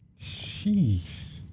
Sheesh